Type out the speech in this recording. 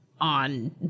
on